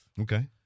Okay